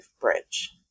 bridge